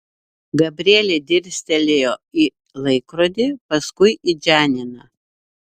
gabrielė dirstelėjo į laikrodį paskui į džaniną